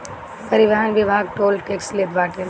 परिवहन विभाग toll tax लेत बाटे